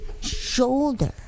Shoulder